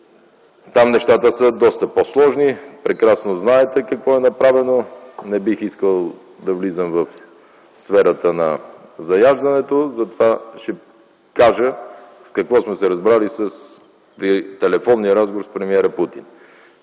там нещата са доста по-сложни. Прекрасно знаете какво е направено. Не бих искал да влизам в сферата на заяждането, затова ще кажа какво сме се разбрали в телефонния разговор с премиера Путин: